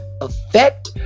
effect